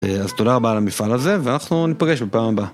אז תודה רבה על המפעל הזה ואנחנו ניפגש בפעם הבאה.